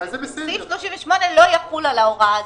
סעיף 38 לא יחול על ההוראה הזאת,